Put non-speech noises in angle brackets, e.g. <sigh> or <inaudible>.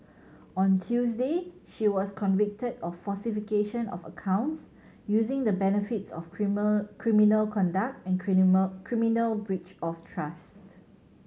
on Tuesday she was convicted of falsification of accounts using the benefits of <unintelligible> criminal conduct and <unintelligible> criminal breach of trust